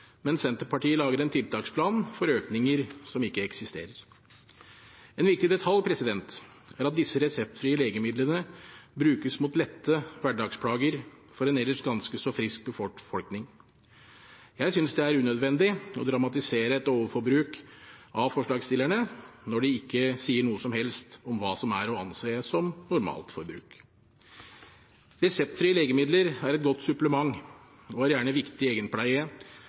ikke eksisterer. En viktig detalj er at disse reseptfrie legemidlene brukes mot lette hverdagsplager for en ellers ganske så frisk befolkning. Jeg synes det er unødvendig av forslagsstillerne å dramatisere et overforbruk når de ikke sier noe som helst om hva som er å anse som normalt forbruk. Reseptfrie legemidler er et godt supplement og er gjerne viktig egenpleie